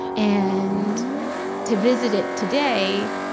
and to visit it today,